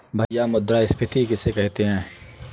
भैया मुद्रा स्फ़ीति किसे कहते हैं?